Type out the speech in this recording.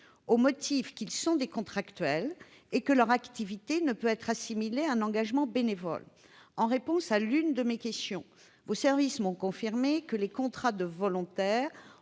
au motif qu'ils sont des contractuels et que leur activité ne peut être assimilée à un engagement bénévole. Monsieur le ministre, en réponse à l'une de mes questions, vos services m'ont confirmé que les contrats de volontaires